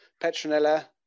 Petronella